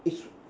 each one